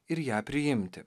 ir ją priimti